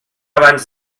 abans